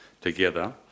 together